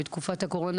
בתקופת הקורונה,